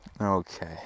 Okay